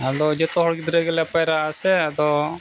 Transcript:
ᱟᱫᱚ ᱡᱚᱛᱚ ᱦᱚᱲ ᱜᱤᱫᱽᱨᱟᱹ ᱜᱮᱞᱮ ᱯᱟᱭᱨᱟᱜᱼᱟ ᱥᱮ ᱟᱫᱚ